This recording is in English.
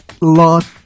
lot